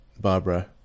Barbara